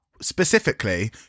specifically